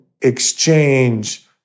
exchange